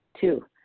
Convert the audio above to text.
Two